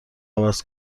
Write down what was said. عوض